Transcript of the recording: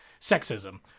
sexism